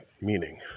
meaning